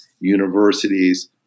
universities